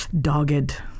dogged